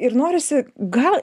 ir norisi gal